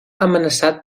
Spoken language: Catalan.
amenaçat